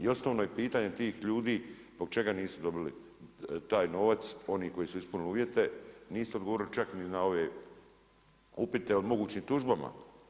I osnovno je pitanje tih ljudi zbog čega nisu dobili taj novac, oni koji su ispunili uvjete, niste odgovorili čak ni na ove upite o mogućim tužbama.